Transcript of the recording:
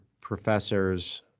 professors